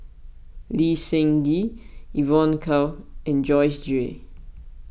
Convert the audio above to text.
Lee Seng Gee Evon Kow and Joyce Jue